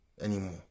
anymore